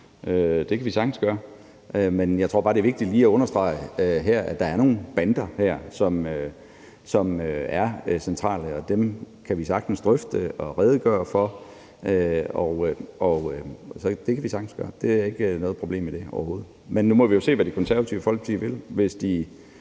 det kan vi sagtens gøre. Jeg tror bare, det er vigtigt lige at understrege, at der er nogle afgrænsninger her, som er centrale. Dem kan vi sagtens drøfte og redegøre for. Det kan vi sagtens gøre; der er overhovedet ikke noget problem i det, men nu må vi jo se, hvad Det Konservative Folkeparti vil. Hvis de